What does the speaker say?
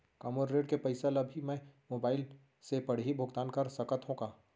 का मोर ऋण के पइसा ल भी मैं मोबाइल से पड़ही भुगतान कर सकत हो का?